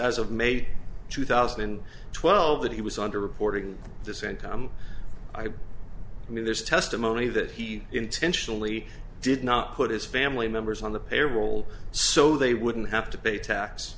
as of may two thousand and twelve that he was under reporting this income i mean there's testimony that he intentionally did not put his family members on the payroll so they wouldn't have to pay tax